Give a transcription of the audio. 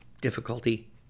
difficulty